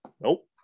Nope